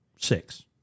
six